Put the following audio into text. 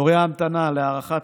תורי ההמתנה להערכה